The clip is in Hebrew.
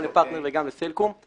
גם לפרטנר וגם לסלקום.